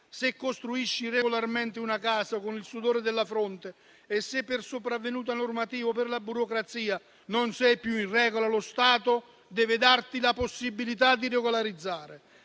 se costruisci regolarmente una casa con il sudore della fronte e se, per sopravvenuta normativa, per la burocrazia non sei più in regola, lo Stato deve darti la possibilità di regolarizzare.